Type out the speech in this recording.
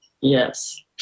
Yes